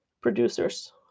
producers